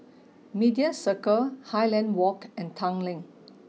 Media Circle Highland Walk and Tanglin